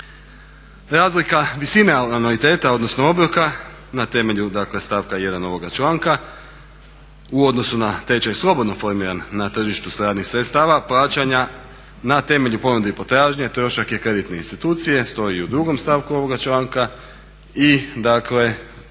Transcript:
Razlika visine anuiteta odnosno obroka na temelju dakle stavka 1. ovoga članka u odnosu na tečaj slobodno formiran na tržištu stranih sredstava plaćanja, na temelju ponude i potražnje trošak je kreditne institucije, stoji u drugom stavku ovoga članka i dakle